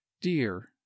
dear